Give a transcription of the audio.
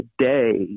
today